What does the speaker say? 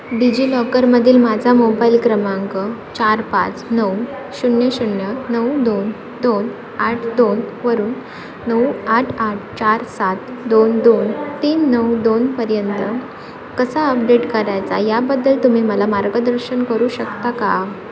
digi लॉकरमधील माझा mobile क्रमांक चार पाच नऊ शून्य शून्य नऊ दोन दोन आठ दोन वरून नऊ आठ आठ चार सात दोन दोन तीन नऊ दोनपर्यंत कसा अपडेट करायचा याबद्दल तुम्ही मला मार्गदर्शन करू शकता का